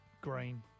Green